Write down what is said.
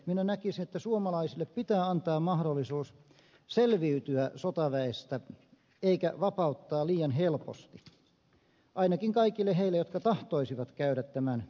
minä näkisin että suomalaisille pitää antaa mahdollisuus selviytyä sotaväestä eikä vapauttaa liian helposti ainakin kaikille heille jotka tahtoisivat suorittaa tämän kansalaisvelvollisuuden